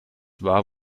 war